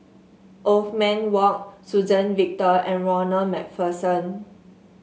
Othman Wok Suzann Victor and Ronald MacPherson